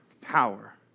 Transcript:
power